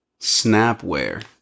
Snapware